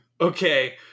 Okay